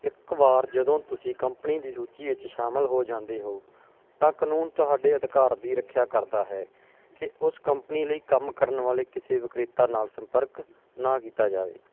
ਇੱਕ ਵਾਰ ਜਦੋਂ ਤੁਸੀਂ ਕੰਪਨੀ ਦੀ ਸੂਚੀ ਵਿੱਚ ਸ਼ਾਮਲ ਹੋ ਜਾਂਦੇ ਹੋ ਤਾਂ ਕਾਨੂੰਨ ਤੁਹਾਡੇ ਅਧਿਕਾਰ ਦੀ ਰੱਖਿਆ ਕਰਦਾ ਹੈ ਕਿ ਉਸ ਕੰਪਨੀ ਲਈ ਕੰਮ ਕਰਨ ਵਾਲੇ ਕਿਸੇ ਵਿਕਰੇਤਾ ਨਾਲ ਸੰਪਰਕ ਨਾ ਕੀਤਾ ਜਾਵੇ